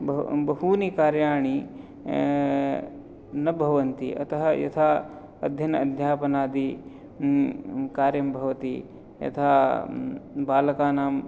ब बहूनि कार्याणि न भवन्ति अतः यथा अध्ययन अध्यापनादि कार्यं भवति यथा बालकानां